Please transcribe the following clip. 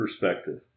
perspective